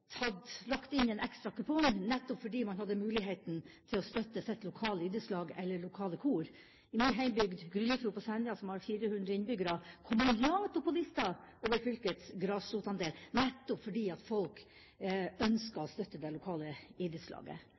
lagt inn en ekstra kupong nettopp fordi man hadde muligheten til å støtte sitt lokale idrettslag eller lokale kor. I min hjembygd, Gryllefjord på Senja, som har 400 innbyggere, kommer man langt opp på lista over fylkets grasrotandel, nettopp fordi folk ønsker å støtte det lokale